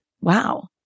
wow